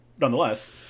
nonetheless